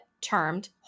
termed